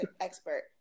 expert